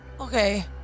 okay